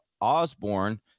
Osborne